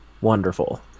Wonderful